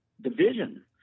division